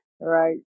right